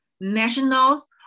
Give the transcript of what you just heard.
nationals